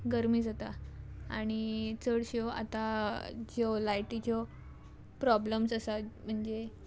गरमी जाता आनी चडश्यो आतां ज्यो लायटीच्यो प्रोब्लम्स आसात म्हणजे